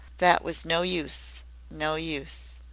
that was no use no use.